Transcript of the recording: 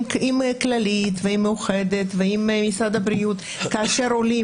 עם כללית ועם מאוחדת ועם משרד הבריאות כאשר עולים